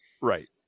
right